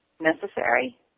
Necessary